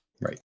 Right